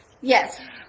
Yes